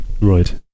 Right